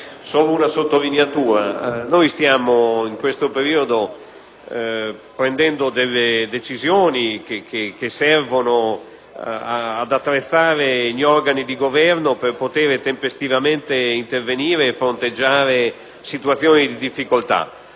l'emendamento 5.3. Stiamo in questo periodo prendendo decisioni che servono ad attrezzare gli organi di Governo per poter tempestivamente intervenire e fronteggiare situazioni di difficoltà,